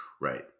Right